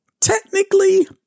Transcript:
technically